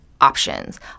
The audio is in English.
options